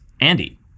Andy